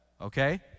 Okay